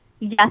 Yes